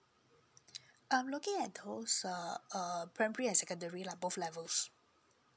I'm looking at those uh err primary and secondary lah both levels